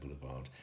Boulevard